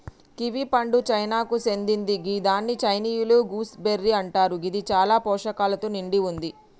kiwi పండు చైనాకు సేందింది గిదాన్ని చైనీయుల గూస్బెర్రీ అంటరు గిది చాలా పోషకాలతో నిండి వుంది